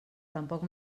tampoc